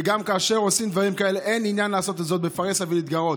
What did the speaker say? וגם כאשר עושים דברים כאלה אין עניין לעשות את זאת בפרהסיה ולהתגרות,